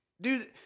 Dude